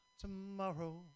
tomorrow